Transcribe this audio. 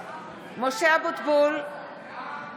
(קוראת בשמות חברי הכנסת) משה אבוטבול, בעד